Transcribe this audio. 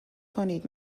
کنید